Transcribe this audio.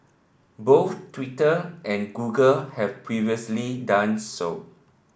both Twitter and Google have previously done so